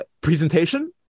presentation